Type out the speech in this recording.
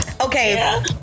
Okay